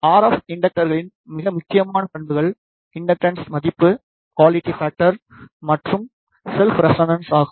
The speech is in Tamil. ஆர்எஃப் இண்டக்டர்களின் மிக முக்கியமான பண்புகள் இண்டக்டன்ஸ் மதிப்பு குவாலிட்டி ஃபாக்டர் மற்றும் அதன் செல்ஃப் ரெசனண்ஸ் ஆகும்